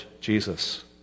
Jesus